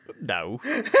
No